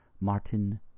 Martin